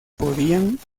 podían